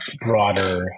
broader